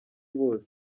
bose